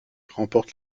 remporte